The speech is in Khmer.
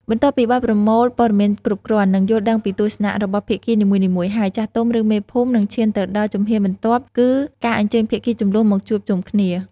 បន្ទាប់ពីបានប្រមូលព័ត៌មានគ្រប់គ្រាន់ និងយល់ដឹងពីទស្សនៈរបស់ភាគីនីមួយៗហើយ ចាស់ទុំ ឬមេភូមិ នឹងឈានទៅដល់ជំហានបន្ទាប់គឺការអញ្ជើញភាគីជម្លោះមកជួបជុំគ្នា។